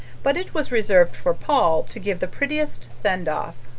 but it was reserved for paul to give the prettiest send-off.